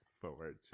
forward